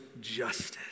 justice